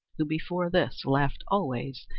who before this laughed always,